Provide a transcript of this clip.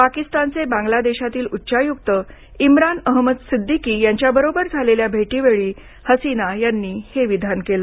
पाकिस्तानचे बांगलादेशातील उच्चायुक्त इम्रान अहमद सिद्दीकी यांच्याबरोबर झालेल्या भेटीवेळीच हसीना यांनी हे विधान केलं